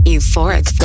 Euphoric